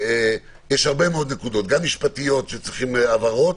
יש הרבה מאוד נקודות גם משפטיות שצריכות הבהרות,